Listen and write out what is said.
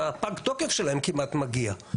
הפג תוקף שלהם כמעט מגיע.